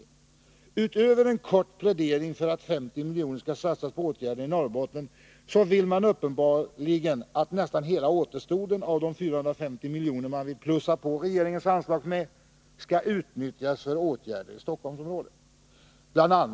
Man gör en kort plädering för att 50 miljoner skall satsas på åtgärder i Norrbotten. Nästan hela återstoden av de 450 miljoner som man vill plussa på regeringens anslag med vill man uppenbarligen utnyttja för åtgärder i Stockholmsområdet. Bl.